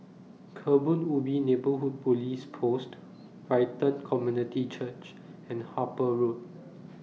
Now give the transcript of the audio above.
Kebun Ubi Neighbourhood Police Post Brighton Community Church and Harper Road